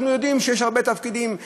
אנחנו יודעים שיש הרבה תפקידים בכך.